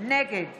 נגד